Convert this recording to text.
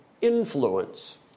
influence